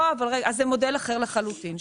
זה מודל אחר לחלוטין.